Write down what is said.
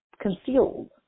concealed